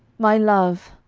my love,